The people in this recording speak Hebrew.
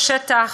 השטח,